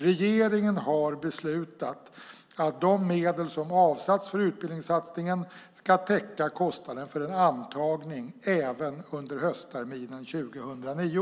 Regeringen har beslutat att de medel som avsatts för utbildningssatsningen ska täcka kostnaden för en antagning även under höstterminen 2009.